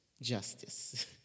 justice